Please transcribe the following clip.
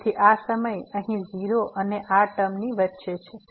તેથી આ સમય અહીં 0 અને આ ટર્મની વચ્ચે છે